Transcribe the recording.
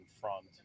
front